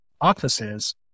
offices